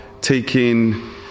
taking